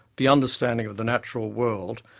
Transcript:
the understanding of the natural world,